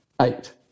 Eight